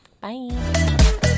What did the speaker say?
Bye